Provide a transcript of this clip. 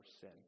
sin